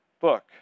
book